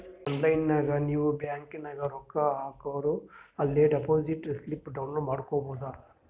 online ನಾಗ್ ನೀವ್ bank ನಾಗ್ ರೊಕ್ಕಾ ಹಾಕೂರ ಅಲೇ ಡೆಪೋಸಿಟ್ ಸ್ಲಿಪ್ ಡೌನ್ಲೋಡ್ ಮಾಡ್ಕೊಬೋದು